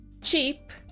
cheap